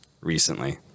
recently